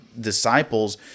disciples